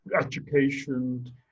education